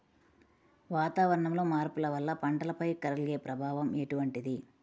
వాతావరణంలో మార్పుల వల్ల పంటలపై కలిగే ప్రభావం ఎటువంటిది?